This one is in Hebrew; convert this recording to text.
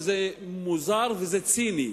וזה מוזר וזה ציני,